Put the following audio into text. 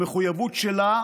מהמחויבות שלה